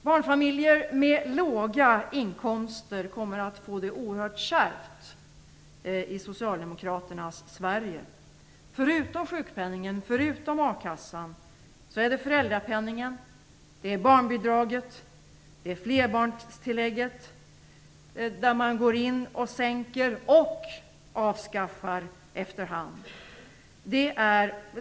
Barnfamiljer med låga inkomster kommer att få det oerhört kärvt i socialdemokraternas Sverige. Förutom sjukpenningen och akassan är det föräldrapenningen, barnbidraget, flerbarnstillägget som man nu går in och sänker och efter hand avskaffar.